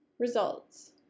Results